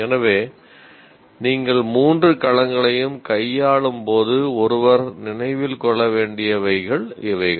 எனவே நீங்கள் மூன்று களங்களையும் கையாளும் போது ஒருவர் நினைவில் கொள்ள வேண்டியவைகள் இவைகள்